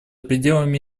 пределами